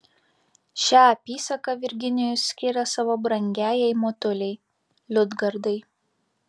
šią apysaką virginijus skiria savo brangiajai motulei liudgardai